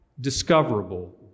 discoverable